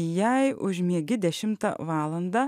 jei užmiegi dešimtą valandą